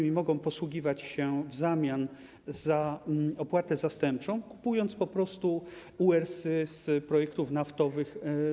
Można posługiwać się nimi zamiast opłatą zastępczą, kupując po prostu UER z projektów naftowych.